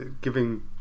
giving